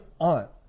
aunt